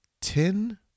ten